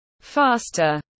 faster